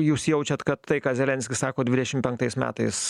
jūs jaučiat kad tai ką zelenskis sako dvidešim penktais metais